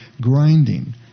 grinding